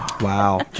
wow